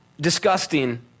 disgusting